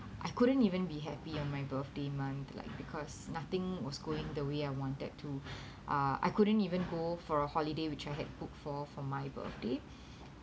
I couldn't even be happy on my birthday month like because nothing was going the way I wanted to uh I couldn't even go for a holiday which I had booked for for my birthday